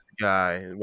guy